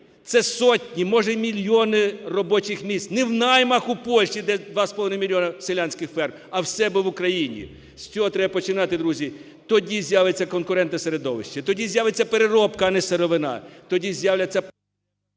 це сотні, може, й мільйони робочих місць, не в наймах у Польщі, де 2,5 мільйони селянських ферм, а в себе в Україні. З цього треба починати, друзі, тоді з'явиться конкурентне середовище, тоді з'явиться переробка, а не сировина,